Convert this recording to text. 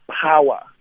power